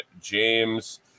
James